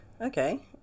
Okay